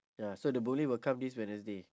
ya so the boom lift will come this wednesday